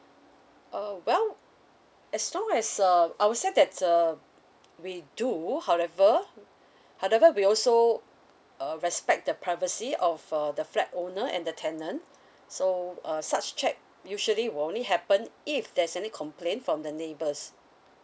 oh well as long as uh I would say that's uh we do however however we also uh respect the privacy of the flat owner and the tenant so uh such check usually will only happen if there's any complaint from the neighbors